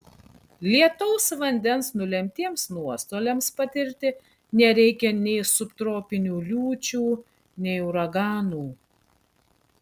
lietaus vandens nulemtiems nuostoliams patirti nereikia nei subtropinių liūčių nei uraganų